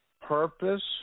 purpose